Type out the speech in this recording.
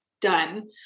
done